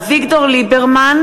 אביגדור ליברמן,